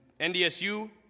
NDSU